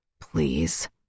Please